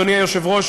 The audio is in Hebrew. אדוני היושב-ראש,